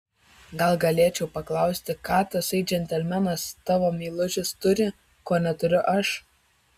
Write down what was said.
gal galėčiau paklausti ką tasai džentelmenas tavo meilužis turi ko neturiu aš